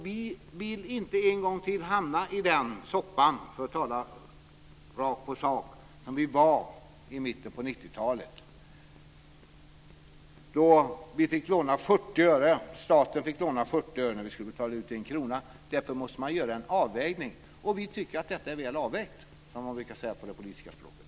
Vi vill inte en gång till hamna i den soppa, för att tala rakt på sak, som vi var i i mitten på Då fick staten låna 40 öre för att betala ut en krona. Därför måste man göra en avvägning, och vi tycker att detta är väl avvägt, som man brukar säga på det politiska språket.